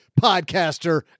podcaster